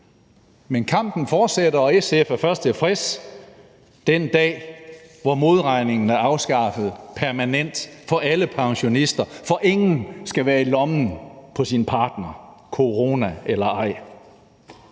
men kampen fortsætter, og SF er først tilfreds den dag, hvor modregningen er afskaffet permanent for alle pensionister, for ingen skal være i lommen på sin partner – corona eller ej.